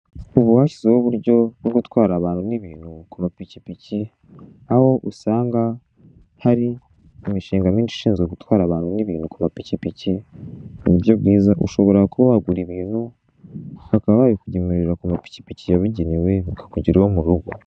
Ubu bashyizeho uburyo bwo gutwara abantu n'ibintu ku mapikipiki, aho usanga hari imishinga myinshi ishinzwe gutwara abantu n'ibintu ku mapikipiki, mu buryo bwiza, ushobora kuba wagira ibintu, bakaba babikugemurira ku mapikipiki yabugenewe, bikakugeraho mu rugo.